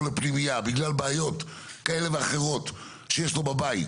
לפנימייה בגלל בעיות כאלה ואחרות שיש לו בבית,